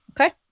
okay